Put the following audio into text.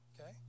okay